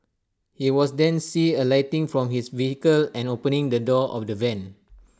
he was then see alighting from his vehicle and opening the door of the van